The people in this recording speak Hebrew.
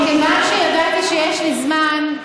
מכיוון שידעתי שיש לי זמן,